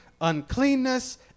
uncleanness